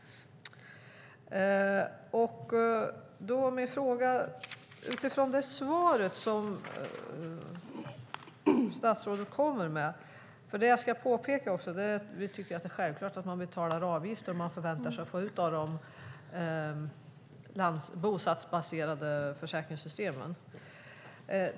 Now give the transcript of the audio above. Jag har en fråga utifrån det svar som statsrådet kommer med. Men jag ska först också påpeka att vi tycker att det är självklart att man betalar avgifter om man förväntar sig att få ut något ur de bostadsbaserade försäkringssystemen.